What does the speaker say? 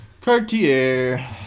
Cartier